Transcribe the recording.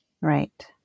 Right